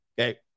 Okay